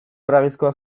haragizkoa